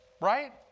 Right